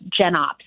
GenOps